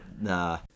Nah